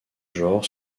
genre